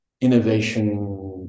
innovation